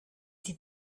sie